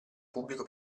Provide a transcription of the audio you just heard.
pubblico